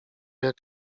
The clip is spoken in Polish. jak